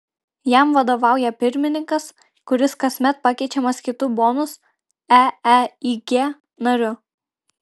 jam vadovauja pirmininkas kuris kasmet pakeičiamas kitu bonus eeig nariu